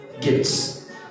gifts